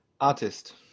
Artist